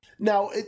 Now